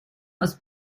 aus